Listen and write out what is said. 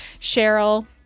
cheryl